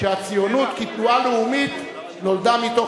הרצל ידע שהציונות כתנועה לאומית נולדה מתוך